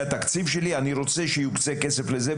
התקציב שלי אני רוצה שיוקצה כסף לזה",